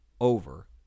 over